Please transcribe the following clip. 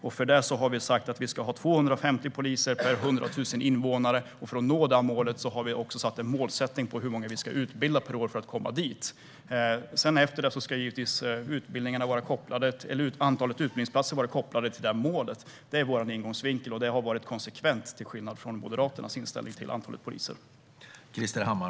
Därför har vi sagt att vi ska ha 250 poliser per 100 000 invånare, och för att nå det målet har vi en målsättning för hur många som ska utbildas varje år för att vi ska komma dit. Antalet utbildningsplatser ska givetvis vara kopplat till det målet. Det är vår ingångsvinkel, och den har varit konsekvent - till skillnad från Moderaternas inställning till antal poliser.